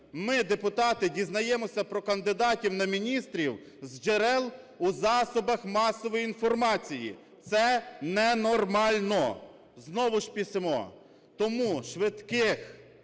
ми, депутати, дізнаємося про кандидатів на міністрів з джерел у засобах масової інформації. Це ненормально. Знову ж спішимо. Тому швидких